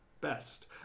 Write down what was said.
best